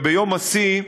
ביום השיא,